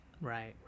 right